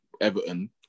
Everton